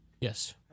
Yes